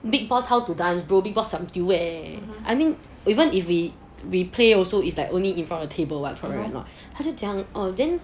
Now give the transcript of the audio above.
big boss how to dance beat box until where I mean even if we play also is like only in front of the table right correct or not 他就讲 or then